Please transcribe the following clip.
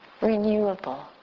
renewable